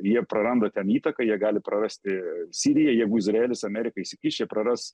jie praranda ten įtaką jie gali prarasti siriją jeigu izraelis amerika įsikiš jie praras